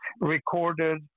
recorded